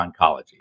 oncology